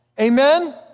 Amen